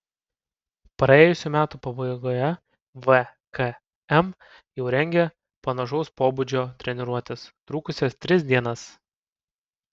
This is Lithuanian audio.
praėjusių metų pabaigoje vkm jau rengė panašaus pobūdžio treniruotes trukusias tris dienas